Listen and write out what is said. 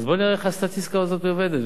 אז בואי נראה איך הסטטיסטיקה הזאת עובדת,